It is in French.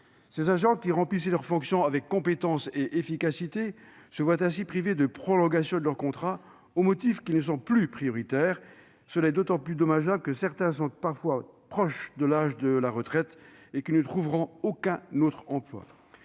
Ces agents, qui remplissent leur fonction avec compétence et efficacité, se trouvent ainsi privés d'une prolongation de leur contrat, au motif qu'ils ne sont plus prioritaires. C'est d'autant plus dommageable que certains sont parfois proches de l'âge de la retraite et qu'ils ne trouveront aucun autre emploi.